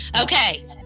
Okay